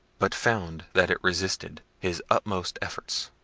but found that it resisted his utmost efforts.